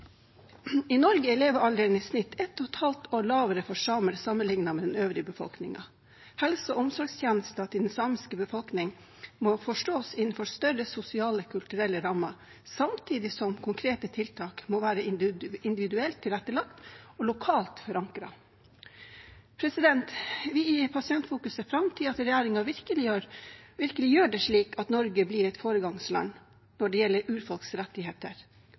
I Norge er levealderen i snitt 1,5 år lavere for samer sammenlignet med den øvrige befolkningen. Helse- og omsorgstjenesten til den samiske befolkningen må forstås innenfor større sosiale kulturelle rammer, samtidig som konkrete tiltak må være individuelt tilrettelagt og lokalt forankrede. Vi i Pasientfokus ser fram til at regjeringen virkelig gjør det slik at Norge blir et foregangsland når det gjelder urfolks rettigheter,